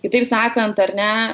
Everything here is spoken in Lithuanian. kitaip sakant ar ne